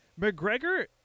McGregor